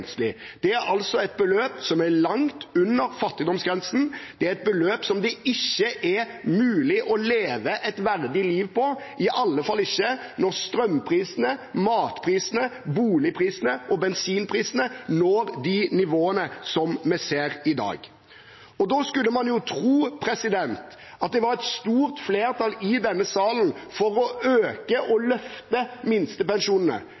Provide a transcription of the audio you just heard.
Det er altså et beløp som er langt under fattigdomsgrensen. Det er et beløp som det ikke er mulig å leve et verdig liv på, i alle fall ikke når strømprisene, matprisene, boligprisene og bensinprisene når de nivåene vi ser i dag. Da skulle man jo tro at det var et stort flertall i denne salen for å øke og løfte minstepensjonene.